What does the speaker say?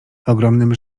ogromnym